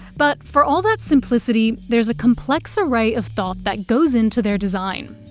but for all that simplicity, there is a complex array of thought that goes into their design.